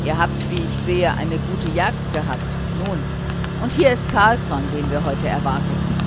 ihr habt wie ich sehe eine gute jagd gehabt nun und hier ist carlsson den wir heute erwarteten